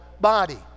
body